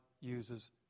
uses